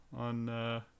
on